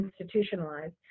institutionalized